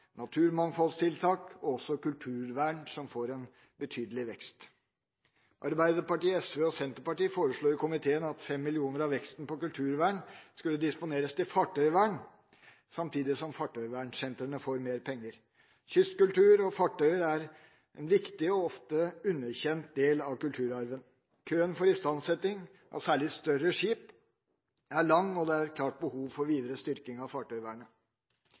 naturmangfoldstiltak og også kulturvern, som får en betydelig vekst. Arbeiderpartiet, SV og Senterpartiet foreslo i komiteen at 5 mill. kr av veksten på kulturvern skulle disponeres til fartøyvern, samtidig som fartøyvernsentrene får mer penger. Kystkultur og fartøyer er en viktig og ofte underkjent del av kulturarven. Køen for istandsetting av særlig større skip er lang, og det er et klart behov for videre styrking av fartøyvernet.